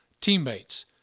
teammates